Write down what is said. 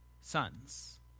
Sons